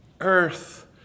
earth